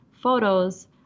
photos